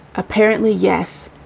apparently, yes,